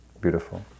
beautiful